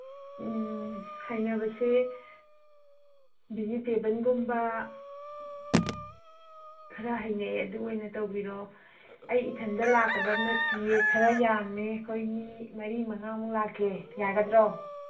ꯎꯝ ꯍꯩꯅꯕꯁꯦ ꯚꯤꯖꯤꯇꯦꯕꯜꯒꯨꯝꯕ ꯈꯔ ꯍꯩꯅꯩ ꯑꯗꯨ ꯑꯣꯏꯅ ꯇꯧꯕꯤꯔꯣ ꯑꯩ ꯏꯊꯟꯗ ꯂꯥꯛꯀꯗꯝ ꯅꯠꯇꯌꯦ ꯈꯔ ꯌꯥꯝꯃꯤ ꯑꯩꯈꯣꯏ ꯃꯤ ꯃꯔꯤ ꯃꯉꯥꯃꯨꯛ ꯂꯥꯛꯛꯦ ꯌꯥꯒꯗ꯭ꯔꯣ